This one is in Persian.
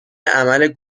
عمل